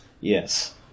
Yes